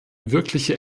wirkliche